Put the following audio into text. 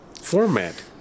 format